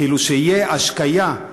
כאילו תהיה השקיה,